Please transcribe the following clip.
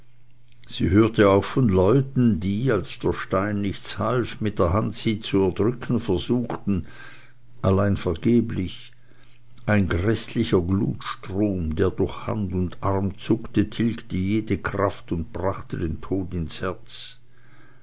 sie hörte auch von leuten die als der stein nichts half mit der hand sie zu erdrücken versuchten allein vergeblich ein gräßlicher glutstrom der durch hand und arm zuckte tilgte jede kraft und brachte den tod ins herz